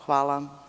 Hvala.